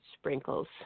sprinkles